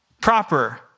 proper